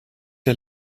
der